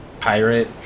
pirate